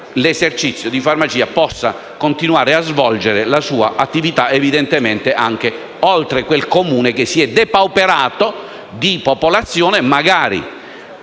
l'esercizio di farmacia possa continuare a svolgere la sua attività anche oltre quel Comune che si è depauperato di popolazione,